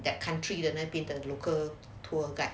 that country 的那边的 local tour guide